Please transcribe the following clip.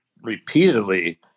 repeatedly